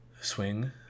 swing